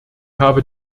habe